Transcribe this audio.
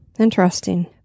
Interesting